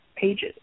pages